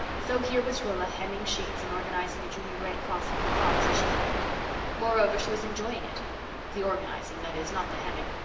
so here was rilla hemming sheets and organizing a junior red cross in her thoughts as she hemmed moreover, she was enjoying it the organizing that is, not the hemming.